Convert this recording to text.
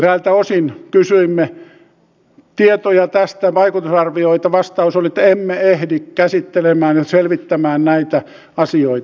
eräiltä osin kysyimme tietoja tästä vaikutusarvioita vastaus oli että emme ehdi käsittelemään ja selvittämään näitä asioita